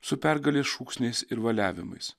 su pergalės šūksniais ir valiavimais